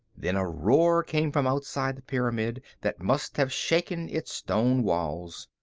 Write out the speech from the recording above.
then a roar came from outside the pyramid that must have shaken its stone walls.